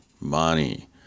money